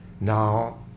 Now